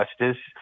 justice